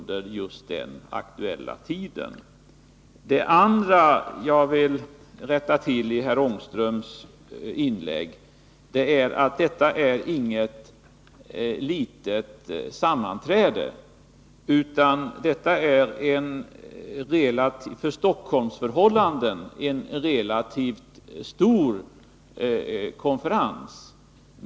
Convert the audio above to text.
Det andra i herr Ångströms inlägg som jag vill rätta till är att detta inte är något litet sammanträde, utan det är en för Stockholmsförhållanden relativt stor konferens.